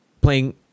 playing